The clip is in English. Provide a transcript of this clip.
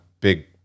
big